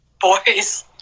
boys